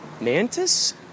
Mantis